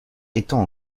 étant